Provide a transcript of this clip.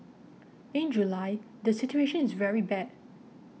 in July the situation is very bad